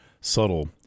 subtle